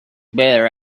better